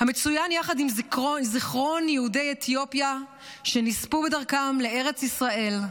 המצוין יחד עם זיכרון יהודי אתיופיה שנספו בדרכם לארץ ישראל,